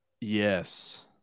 Yes